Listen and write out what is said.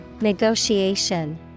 Negotiation